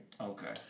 Okay